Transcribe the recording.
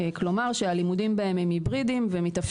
כלומר שהלימודים בהם הם היברידים והם מתאפשרים.